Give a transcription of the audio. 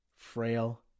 frail